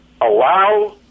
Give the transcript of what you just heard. Allow